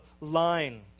line